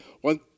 One